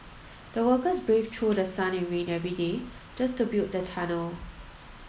the workers braved through sun and rain every day just to build the tunnel